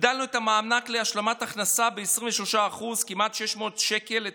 הגדלנו את המענק להשלמת הכנסה ב-23%, תוספת